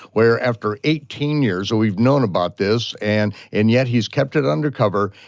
where after eighteen years, though we've known about this, and and yet he's kept it undercover,